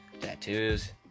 tattoos